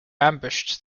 ambushed